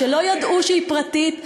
שלא ידעו שהיא פרטית,